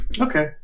Okay